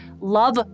love